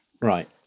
Right